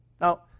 Now